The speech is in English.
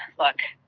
look,